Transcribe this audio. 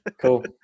Cool